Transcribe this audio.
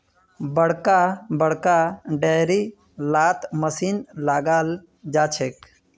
बड़का बड़का डेयरी लात मशीन लगाल जाछेक